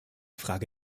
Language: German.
frage